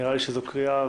נראה לי שזו קריאה,